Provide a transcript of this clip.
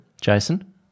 Jason